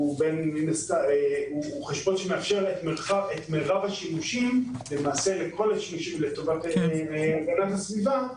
שהוא חשבון שמאפשר את מירב השימושים לטובת הגנת הסביבה,